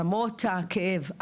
למרות הכאב,